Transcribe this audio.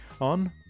on